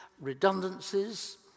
redundancies